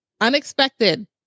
Unexpected